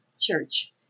church